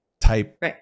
type